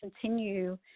continue